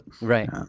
Right